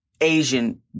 Asian